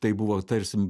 tai buvo tarsi